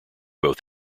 both